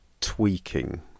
tweaking